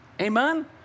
Amen